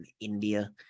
india